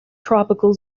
tropical